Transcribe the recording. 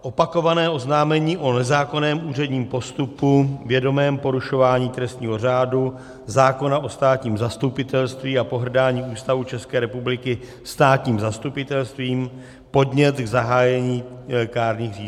Opakované oznámení o nezákonném úředním postupu, vědomém porušování trestního řádu, zákona o státním zastupitelství a pohrdání Ústavou České republiky státním zastupitelstvím, podnět k zahájení kárných řízení.